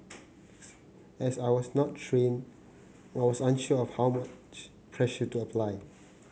as I was not trained I was unsure of how much pressure to apply